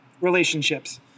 relationships